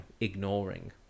ignoring